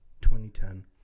2010